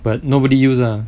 but not nobody use ah